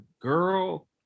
girl